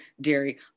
dairy